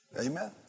Amen